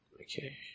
Okay